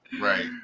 right